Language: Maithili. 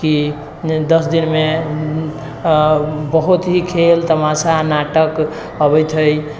की दस दिन मे बहुत ही खेल तमाशा नाटक अबैत है आओर